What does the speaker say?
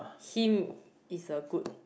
him is a good